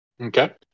Okay